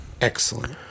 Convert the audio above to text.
Excellent